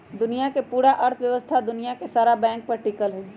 दुनिया के पूरा अर्थव्यवस्था दुनिया के सारा बैंके पर टिकल हई